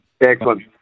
Excellent